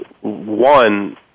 One